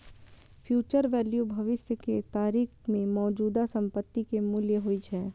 future value भविष्य के तारीख मे मौजूदा संपत्ति के मूल्य होइ छै